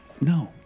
no